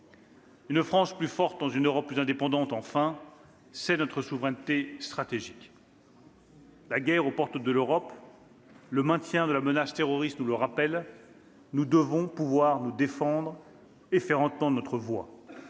Une France plus forte dans une Europe plus indépendante, c'est, enfin, notre souveraineté stratégique. « La guerre aux portes de l'Europe et le maintien de la menace terroriste nous le rappellent : nous devons pouvoir nous défendre et faire entendre notre voix,